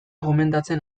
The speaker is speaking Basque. gomendatzen